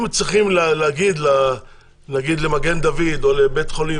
אם צריכים להגיד למגן דוד או לבית החולים